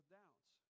doubts